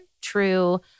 true